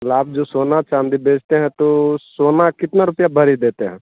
मला आप जो सोना चाँदी बेचते हैं तो सोना कितना रुपया भरी देते हैं